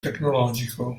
tecnologico